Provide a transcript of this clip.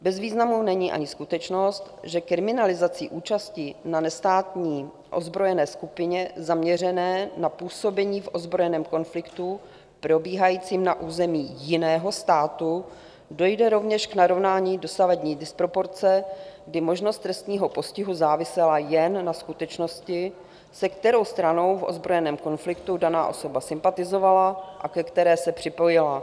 Bez významu není ani skutečnost, že kriminalizací účasti na nestátní ozbrojené skupině zaměřené na působení v ozbrojeném konfliktu probíhajícím na území jiného státu dojde rovněž k narovnání dosavadní disproporce, kdy možnost trestního postihu závisela jen na skutečnosti, se kterou stranou v ozbrojeném konfliktu daná osoba sympatizovala a ke které se připojila.